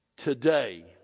today